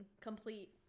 complete